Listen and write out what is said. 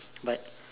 but